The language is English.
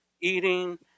eating